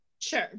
Sure